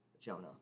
Jonah